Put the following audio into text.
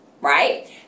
right